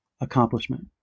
accomplishment